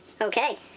Okay